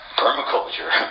permaculture